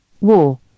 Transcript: War